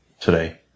today